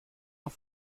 auf